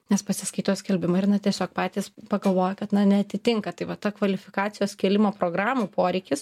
nes pasiskaito skelbimą ir na tiesiog patys pagalvoja kad na neatitinka tai va ta kvalifikacijos kėlimo programų poreikis